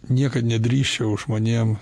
niekad nedrįsčiau žmonėm